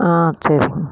ஆ சரிங்க